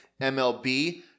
MLB